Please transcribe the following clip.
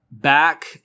Back